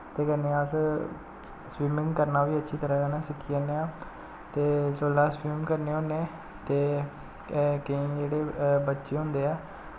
ते कन्नै अस स्विमिंग करना बी अच्छी तरह् कन्नै सिक्खी जन्ने आं ते जेल्लै अस स्विमिंग करने होन्ने ते केईं जेह्ड़े बच्चे होंदे ऐ